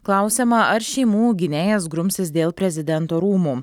klausiama ar šeimų gynėjas grumsis dėl prezidento rūmų